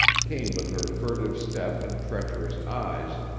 came with her furtive step and treacherous eyes,